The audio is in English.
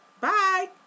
Bye